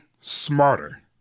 smarter